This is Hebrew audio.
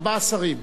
ארבעה שרים.